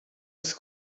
was